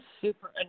Super